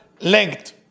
length